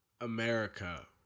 America